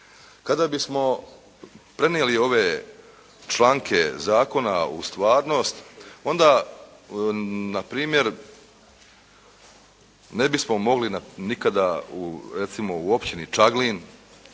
Kada bismo prenijeli ove članke zakona u stvarnost onda npr. ne bismo mogli nikada recimo u općini Čaglin